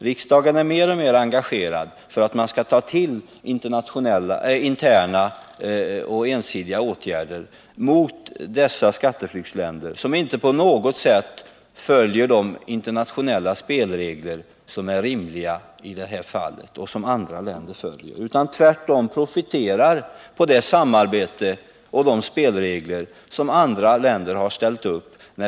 Riksdagen är mer och mer engagerad för att man skall vidta interna och ensidiga åtgärder mot dessa skatteflyktsländer, som inte på något sätt följer de internationella spelregler som är rimliga i detta fall och som andra länder följer, utan tvärtom profiterar på det samarbete som andra länder bedriver och de spelregler som de har ställt upp.